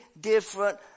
different